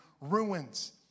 ruins